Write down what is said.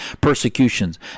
persecutions